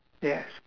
yes